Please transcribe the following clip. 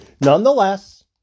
Nonetheless